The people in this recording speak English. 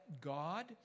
God